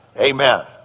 Amen